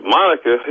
Monica